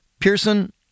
Pearson